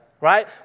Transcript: right